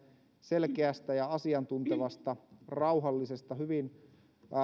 selkeästä asiantuntevasta rauhallisesta ja hyvin